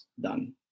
done